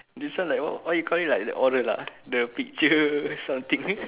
this one like what why you call it like the order lah the picture something